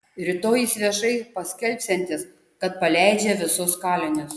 rytoj jis viešai paskelbsiantis kad paleidžia visus kalinius